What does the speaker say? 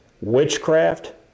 witchcraft